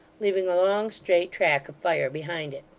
leaving a long straight track of fire behind it.